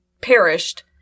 perished